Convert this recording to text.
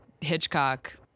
Hitchcock